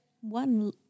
one